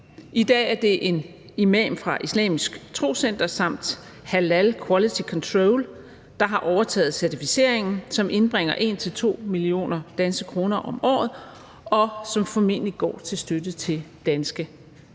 I dag er det en imam fra Islamisk Troscenter samt Halal Quality Control, der har overtaget certificeringen, som indbringer 1-2 millioner danske kroner om året, og som formentlig går til støtte til danske